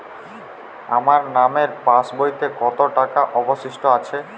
আমার নামের পাসবইতে কত টাকা অবশিষ্ট আছে?